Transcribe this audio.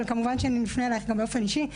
אבל כמובן שנפנה אלייך גם באופן אישי.